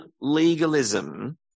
legalism